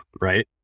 right